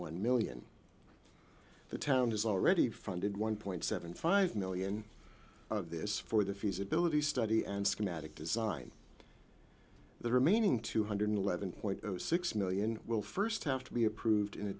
one million the town has already funded one point seven five million of this for the feasibility study and schematic design the remaining two hundred eleven point six million will first have to be approved in a